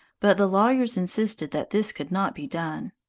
but the lawyers insisted that this could not be done.